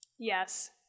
Yes